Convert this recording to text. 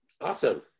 Awesome